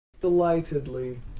Delightedly